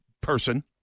person